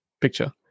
picture